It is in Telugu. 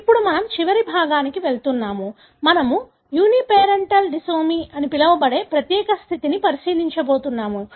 ఇప్పుడు మనము చివరి విభాగానికి వెళ్తున్నాము మేము యూనిపెరెంటల్ డిసోమి అని పిలవబడే ప్రత్యేక స్థితిని పరిశీలించబోతున్నాము